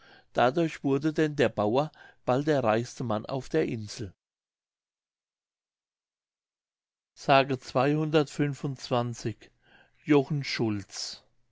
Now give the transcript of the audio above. dadurch wurde denn der bauer bald der reichste mann auf der insel